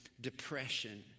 depression